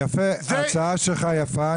יפה, ההצעה שלך יפה.